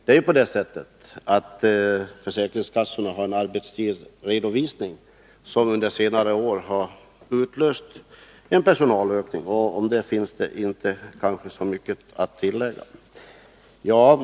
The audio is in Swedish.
Den arbetstidsredovisning som försäkringskassorna lämnar har under senare år utlöst en personalökning. Om detta finns kanske inte mycket att tillägga.